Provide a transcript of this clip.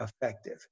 effective